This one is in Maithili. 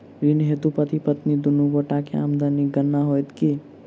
ऋण हेतु पति पत्नी दुनू गोटा केँ आमदनीक गणना होइत की?